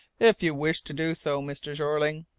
if you wish to do so, mr. jeorling.